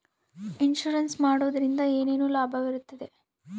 Insurance ಮಾಡೋದ್ರಿಂದ ಏನು ಲಾಭವಿರುತ್ತದೆ?